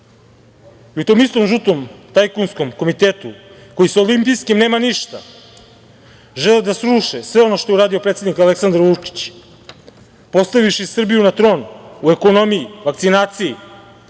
U tom istom žutom tajkunskim komitetu, koji sa olimpijskim nema ništa, žele da sruše sve ono što je uredio predsednik Aleksandar Vučić, postavivši Srbiju na tron u ekonomiji, vakcinaciji,